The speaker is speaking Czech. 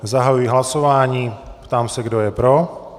Zahajuji hlasování a ptám se, kdo je pro.